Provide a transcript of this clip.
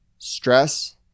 stress